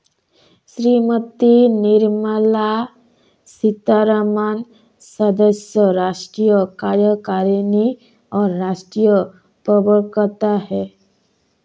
श्रीमती निर्मला सीतारमण सदस्य, राष्ट्रीय कार्यकारिणी और राष्ट्रीय प्रवक्ता हैं